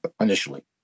initially